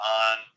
on